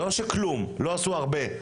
לא כלום, לא עשו הרבה.